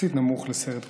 יחסית נמוך לסרט כזה.